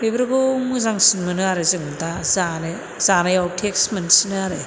बेफोरखौ मोजांसिन मोनो आरो जों दा जानो जानायाव थेस मोनसिनो आरो